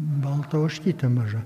balta ožkytė maža